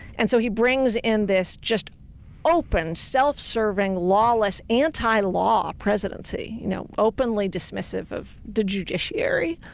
and so he brings in this just open self-serving lawless anti-law presidency. you know openly dismissive of the judiciary.